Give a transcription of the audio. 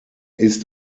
ist